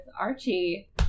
Archie